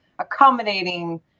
accommodating